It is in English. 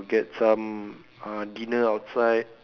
get some um dinner outside